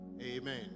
Amen